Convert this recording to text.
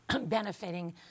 benefiting